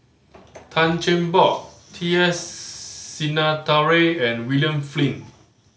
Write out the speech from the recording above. Tan Cheng Bock T S Sinnathuray and William Flint